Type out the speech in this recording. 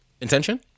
Intention